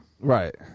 Right